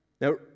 Now